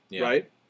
right